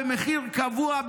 במחיר קבוע,